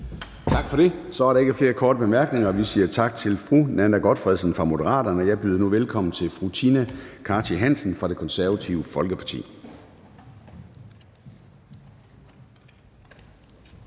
Tak for det. Så er der ikke flere korte bemærkninger, og vi siger tak til fru Nanna W. Gotfredsen fra Moderaterne. Jeg byder nu velkommen til fru Tina Cartey Hansen fra Det Konservative Folkeparti.